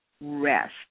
rest